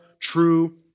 true